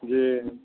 जी